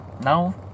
Now